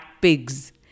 pigs